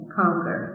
conquer